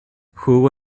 jugo